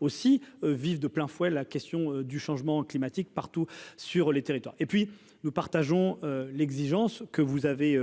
aussi vivent de plein fouet la question du changement climatique partout sur les territoires, et puis nous partageons l'exigence que vous avez